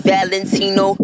Valentino